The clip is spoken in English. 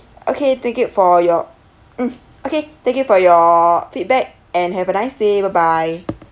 okay thank you for your hmm okay thank you for your feedback and have a nice day bye bye